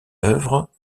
œuvre